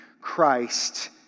Christ